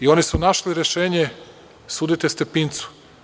Oni su našli rešenje – sudite Stepincu.